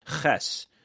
Ches